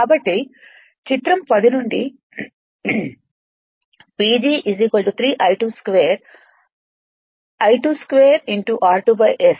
కాబట్టి చిత్రం 10 నుండిPG 3 I2 2 I2 2 r2 S